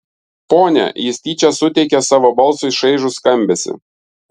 ponia jis tyčia suteikė savo balsui šaižų skambesį